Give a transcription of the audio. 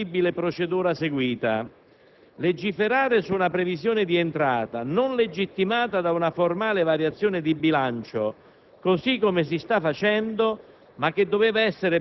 In quella sede ho anche evidenziato la discutibile procedura seguita: legiferare su una previsione di entrata non legittimata da una formale variazione di bilancio,